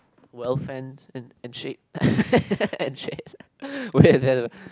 well fan and and shake and shake where there